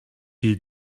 you